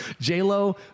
j-lo